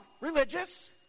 religious